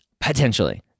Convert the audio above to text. Potentially